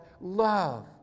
love